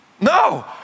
No